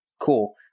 Cool